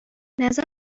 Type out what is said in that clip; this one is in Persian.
نظر